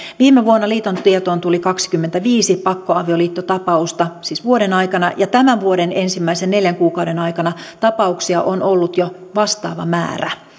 viime vuonna liiton tietoon tuli kaksikymmentäviisi pakkoavioliittotapausta siis vuoden aikana ja tämän vuoden ensimmäisen neljän kuukauden aikana tapauksia on ollut jo vastaava määrä